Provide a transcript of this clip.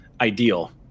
Ideal